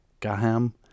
Gaham